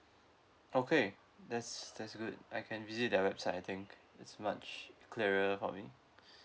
okay that's that's good I can visit their website I think it's much clearer for me